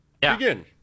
Begin